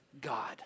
God